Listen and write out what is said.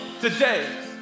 Today